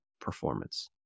performance